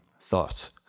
Thoughts